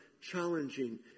challenging